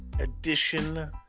edition